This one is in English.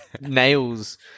nails